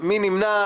מי נמנע?